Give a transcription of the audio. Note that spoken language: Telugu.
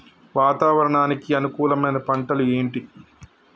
వాతావరణానికి అనుకూలమైన పంటలు ఏంటి?